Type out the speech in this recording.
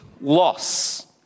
loss